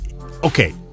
okay